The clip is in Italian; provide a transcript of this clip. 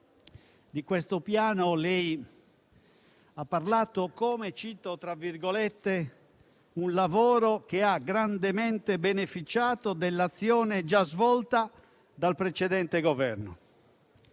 di questo Piano lei ha parlato come di: «un lavoro che ha grandemente beneficiato dell'azione già svolta dal precedente Governo».